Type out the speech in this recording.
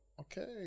Okay